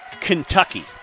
Kentucky